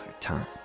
time